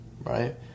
right